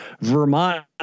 Vermont